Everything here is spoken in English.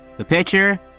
the pitcher,